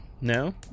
No